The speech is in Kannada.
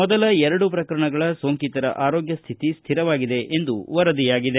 ಮೊದಲ ಎರಡು ಪ್ರಕರಣಗಳ ಸೋಂಕಿತರಆರೋಗ್ಯ ಸ್ವಿತಿ ಸ್ವಿರವಾಗಿದೆ ಎಂದು ವರದಿಯಾಗಿದೆ